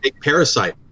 Parasite